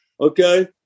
okay